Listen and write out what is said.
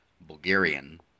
Bulgarian